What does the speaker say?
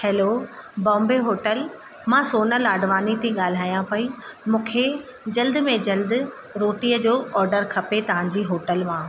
hello Bombay hotel मां सोना लाडवानी थी ॻाल्हायां पई मुखे जल्द में जल्द रोटीअ जो ऑडर खपे तव्हांजी होटल मां